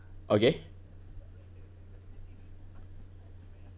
okay